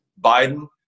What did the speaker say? Biden